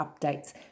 updates